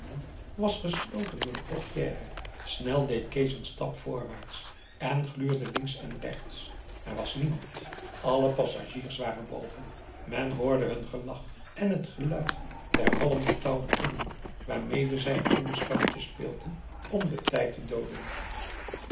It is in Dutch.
was gesloten door de portière snel deed kees een stap voorwaarts en gluurde links en rechts er was niemand alle passagiers waren boven men hoorde hun gelach en het geluid der vallende touwen ringen waarmede zij een kinderspelletje speelden om den tijd te dooden